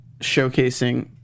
showcasing